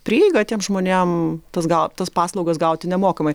prieigą tiem žmonėm tas gau tas paslaugas gauti nemokamai